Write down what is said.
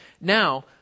now